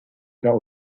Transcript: faire